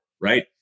right